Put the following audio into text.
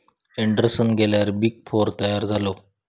Anderson गेल्यार big four तयार झालो